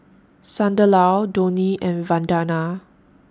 Sunderlal Dhoni and Vandana